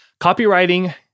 Copywriting